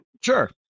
Sure